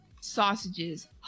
sausages